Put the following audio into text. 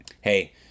Hey